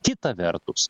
kita vertus